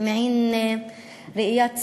מעין ראייה צרה,